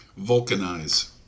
Vulcanize